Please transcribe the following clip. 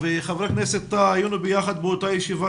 אני וחברי כנסת היינו ביחד באותה ישיבה